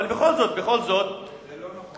זה לא נכון.